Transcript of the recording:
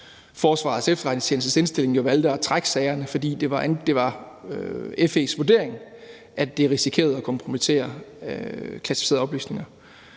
Forsvarets Efterretningstjenestes indstilling valgte at trække sagerne, fordi det var FE's vurdering, at det risikerede at kompromittere klassificerede oplysninger.